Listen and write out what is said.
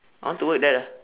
I want to work that ah